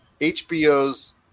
hbo's